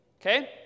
okay